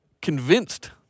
convinced